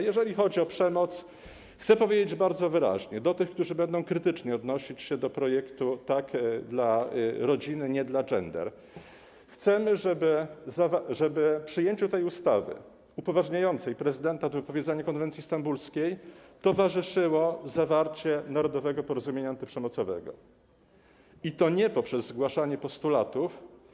Jeżeli chodzi o przemoc, to chcę powiedzieć bardzo wyraźnie do tych, którzy będą krytycznie odnosić się do projektu „Tak dla rodziny, nie dla gender”: chcemy, żeby przyjęciu tej ustawy upoważniającej prezydenta do wypowiedzenia konwencji stambulskiej towarzyszyło zawarcie narodowego porozumienia antyprzemocowego, i to nie poprzez zgłaszanie jedynie postulatów.